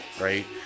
right